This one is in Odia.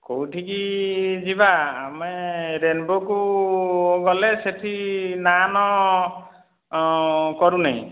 କେଉଁଠିକି ଯିବା ଆମେ ରେନ୍ବୋକୁ ଗଲେ ସେଠି ନାନ କରୁନାହିଁ